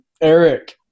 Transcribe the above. Eric